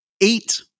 eight